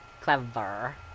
Clever